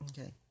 Okay